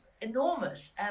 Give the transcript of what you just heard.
enormous